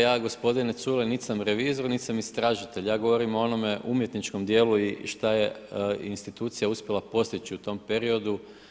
Ja gospodine Culej niti sam revizor, niti sam istražitelj, ja govorim o onome umjetničkom dijelu i šta je institucija uspjela postići u tom periodu.